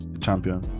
champion